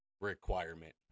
requirement